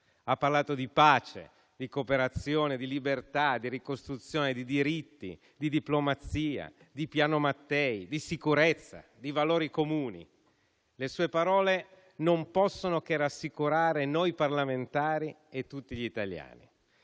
Ha parlato di pace, di cooperazione, di libertà, di ricostruzione, di diritti, di diplomazia, di piano Mattei, di sicurezza, di valori comuni. Le sue parole non possono che rassicurare noi parlamentari e tutti gli italiani.